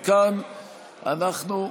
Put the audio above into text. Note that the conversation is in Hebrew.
מכאן אנחנו,